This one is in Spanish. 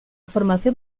formación